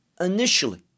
initially